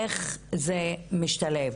איך זה משתלב,